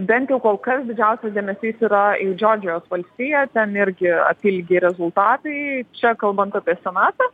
bent jau kol kas didžiausias dėmesys yra į džordžijos valstiją ten irgi apylygiai rezultatai čia kalbant apie senatą